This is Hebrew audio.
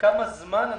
נבקש את ההתייחסות שלהם.